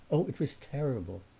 oh, it was terrible!